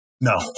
No